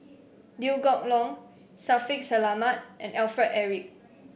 Liew Geok Leong Shaffiq Selamat and Alfred Eric